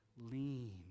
lean